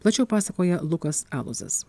plačiau pasakoja lukas alūzas